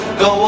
go